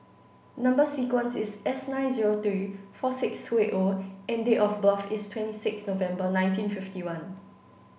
number sequence is S nine zero three four six two eight O and date of birth is twenty six November nineteen fifty one